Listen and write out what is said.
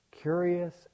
curious